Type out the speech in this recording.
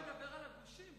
מדבר על הגושים,